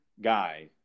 guy